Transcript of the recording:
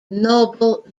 noble